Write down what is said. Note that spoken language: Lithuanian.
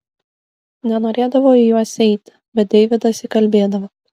nenorėdavo į juos eiti bet deividas įkalbėdavo